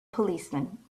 policeman